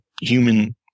human